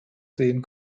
sehen